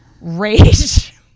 rage